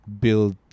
build